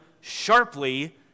sharply